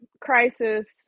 crisis